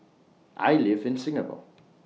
I live in Singapore